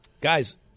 Guys